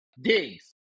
digs